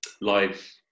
live